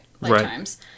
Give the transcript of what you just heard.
lifetimes